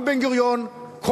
גם בן-גוריון,